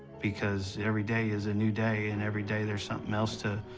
because every day is a new day, and every day there's something else to,